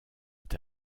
est